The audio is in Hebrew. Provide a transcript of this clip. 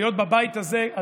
להיות בבית הזה,